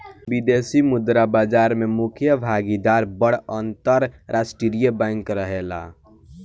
विदेशी मुद्रा बाजार में मुख्य भागीदार बड़ अंतरराष्ट्रीय बैंक रहेला